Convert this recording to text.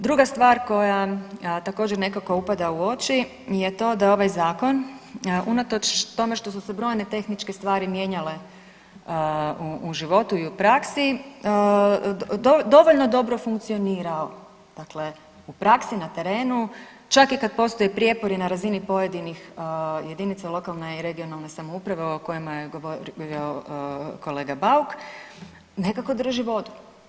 Druga stvar koja također, nekako upada u oči je to da ovaj Zakon unatoč tome što su se brojne tehničke stvari mijenjale u životu i u praksi, dovoljno dobro funkcionira u praksi, na terenu, čak i kad postoje prijepori na razini pojedinih jedinicama lokalne i regionalne samouprave o kojima je govorio kolega Bauk, nekako drži vodu.